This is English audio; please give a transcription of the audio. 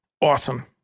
awesome